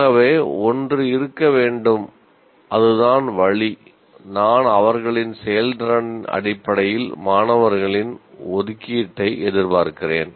ஆகவே ஒன்று இருக்க வேண்டும் அதுதான் வழி நான் அவர்களின் செயல்திறன் அடிப்படையில் மாணவர்களின் ஒதுக்கீட்டை எதிர்பார்க்கிறேன்